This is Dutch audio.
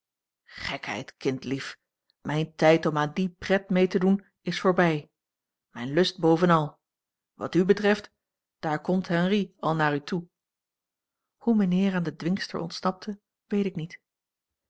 gekheid kindlief mijn tijd om aan die pret mee te doen is voorbij mijn lust bovenal wat u betreft daar komt henri al naar u toe hoe mijnheer aan de dwingster ontsnapte weet ik niet